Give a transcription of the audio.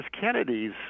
Kennedy's